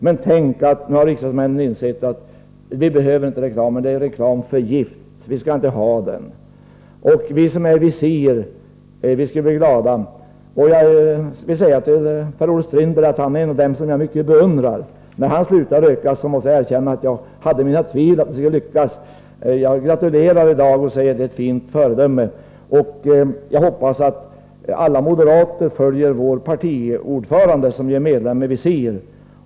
Men tänk, då skulle riksdagsmännen ha insett att vi inte behöver reklamen. Det är ju reklam för gift. Vi skall inte ha reklam. Vi i Visir skulle bli glada. Jag vill säga till Per-Olof Strindberg att han är en av dem som jag beundrar mycket. När han bestämde sig för att sluta röka hade jag mina tvivel om att han skulle lyckas. Det måste jag erkänna. Jag gratulerar honom i dag. Han är ett föredöme. Jag hoppas att alla moderater gör som vår partiordförande som är medlem i Visir.